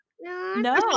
No